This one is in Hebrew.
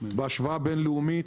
בהשוואה בין-לאומית,